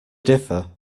differ